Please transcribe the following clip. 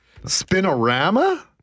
Spinorama